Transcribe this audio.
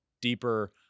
deeper